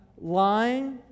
lying